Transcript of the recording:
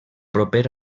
proper